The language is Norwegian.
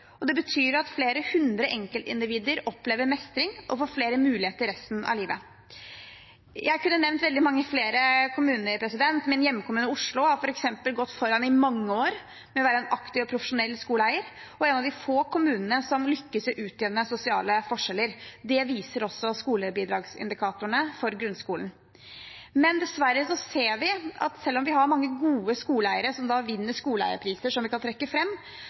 og det betyr at flere hundre enkeltindivider opplever mestring og får flere muligheter resten av livet. Jeg kunne nevnt veldig mange flere kommuner. Min hjemkommune, Oslo, har f.eks. gått foran i mange år med å være en aktiv og profesjonell skoleeier og er en av de få kommunene som lykkes i å utjevne sosiale forskjeller. Det viser også skolebidragsindikatorene for grunnskolen. Men dessverre ser vi at selv om vi har veldig mange gode skoleeiere som vinner skoleeierpriser, og som vi kan trekke